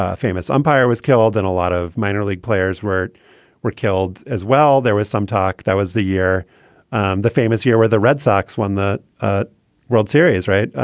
ah famous umpire was killed in a lot of minor league players were were killed as well. there was some talk that was the year um the famous here were the red sox won the ah world series. right.